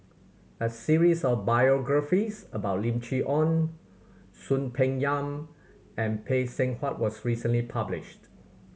a series of biographies about Lim Chee Onn Soon Peng Yam and Phay Seng Whatt was recently published